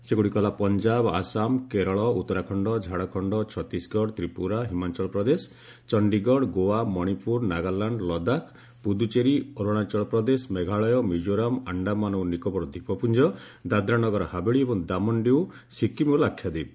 ସେଗୁଡ଼ିକ ହେଲା ପଞ୍ଜାବ ଆସାମ କେରଳ ଉତ୍ତରାଖଣ୍ଡ ଝାଡ଼ଖଣ୍ଡ ଛତିଶଗଡ଼ ତ୍ରିପୁରା ହିମାଚଳ ପ୍ରଦେଶ ଚଶ୍ଡୀଗଡ଼ ଗୋଆ ମଣିପୁର ନାଗାଲ୍ୟାଣ୍ଡ ଲଦାଖ ପୁଦ୍ରଚେରୀ ଅରୁଣାଚଳ ପ୍ରଦେଶ ମେଘାଳୟ ମିଜୋରାମ ଆଣ୍ଡାମାନ ଓ ନିକୋବର ଦ୍ୱୀପପୁଞ୍ଜ ଦାଦ୍ରା ନଗର ହାବେଳି ଏବଂ ଦାମନ ଡିଉ ସିକ୍ରିମ୍ ଓ ଲାକ୍ଷାଦ୍ୱୀପ